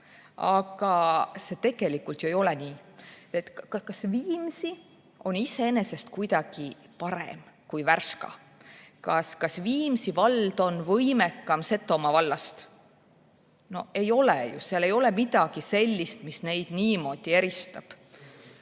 Aga see tegelikult ju ei ole nii. Kas Viimsi on iseenesest kuidagi parem kui Värska? Kas Viimsi vald on võimekam Setomaa vallast? No ei ole ju. Seal ei ole midagi sellist, mis neid niimoodi eristaks.